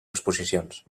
exposicions